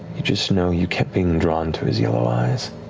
you just know you kept being drawn to his yellow eyes